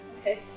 Okay